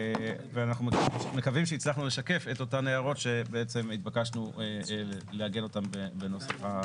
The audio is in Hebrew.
אנחנו מקווים שהצלחנו לשקף את אותן הערות שהתבקשנו לעגן אותן בנוסח.